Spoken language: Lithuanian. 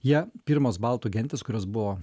ją pirmos baltų gentys kurios buvo